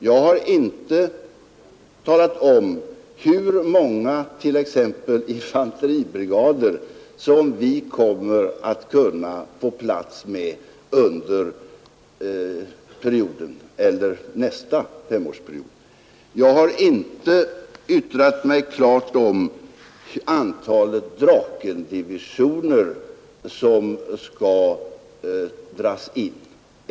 Jag har inte talat om hur många infanteribrigader som vi kommer att kunna få plats med under perioden eller nästa femårsperiod. Jag har inte yttrat mig klart om antalet Drakendivisioner som skall dras in.